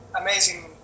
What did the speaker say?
amazing